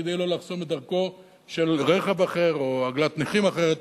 כדי לא לחסום את דרכו של רכב אחר או עגלת נכים אחרת.